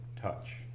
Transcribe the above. touch